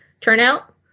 turnout